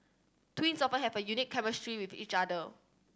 twins often have a unique chemistry with each other